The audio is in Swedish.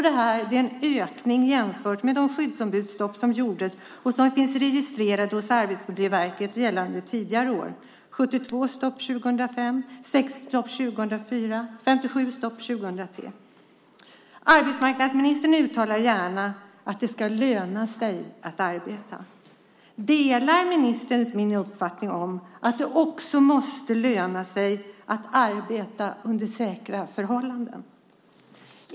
Det är en ökning jämfört med de skyddsombudsstopp som gjordes, och som finns registrerade hos Arbetsmiljöverket, under tidigare år - 72 stopp 2005, 60 stopp 2004, 57 stopp 2003. Arbetsmarknadsministern uttalar gärna att det ska löna sig att arbeta. Delar ministern min uppfattning att det också måste löna sig att arbeta under säkra förhållanden?